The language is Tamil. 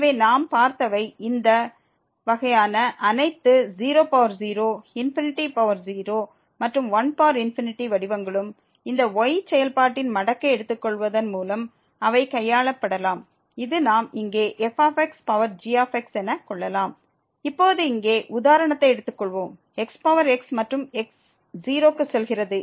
எனவே நாம் பார்த்தவை இந்த வகையான அனைத்து 00 0 மற்றும் 1 வடிவங்களும் இந்த y செயல்பாட்டின் மடக்கை எடுத்துக்கொள்வதன் மூலம் அவை கையாளப்படலாம் இது நாம் இங்கே f பவர் g எனக் கொள்ளலாம் இப்போது இங்கே உதாரணத்தை எடுத்துக்கொள்வோம் xx மற்றும் x 0 க்கு செல்கிறது